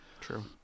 True